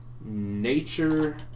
nature